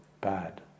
bad